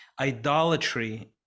idolatry